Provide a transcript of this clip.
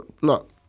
look